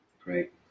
Great